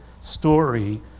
story